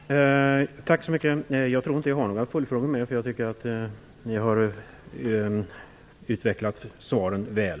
Fru talman! Tack så mycket! Jag tror inte att jag har några fler följdfrågor. Jag tycker att statsrådet har utvecklat svaren väl.